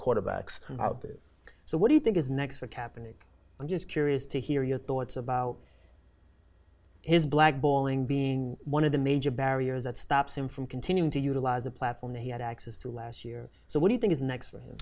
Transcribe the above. quarterbacks out there so what do you think is next for cap and i'm just curious to hear your thoughts about his blackballing being one of the major barriers that stops him from continuing to utilize a platform that he had access to last year so what do you think is next